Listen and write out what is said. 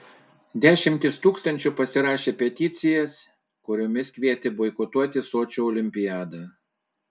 dešimtys tūkstančių pasirašė peticijas kuriomis kvietė boikotuoti sočio olimpiadą